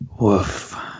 Woof